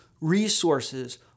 resources